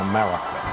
America